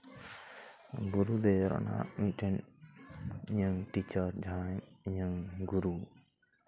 ᱵᱩᱨᱩ ᱫᱮᱡ ᱨᱮᱱᱟᱜ ᱢᱤᱫᱴᱮᱱ ᱤᱧᱟᱹᱝ ᱴᱤᱪᱟᱨ ᱡᱟᱦᱟᱸᱭ ᱤᱧᱟᱹᱝ ᱜᱩᱨᱩ